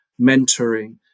mentoring